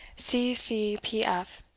c. c. p. f,